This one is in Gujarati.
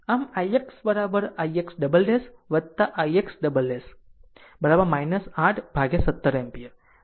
આમ ix ix ' ix " 8 upon 17 ampere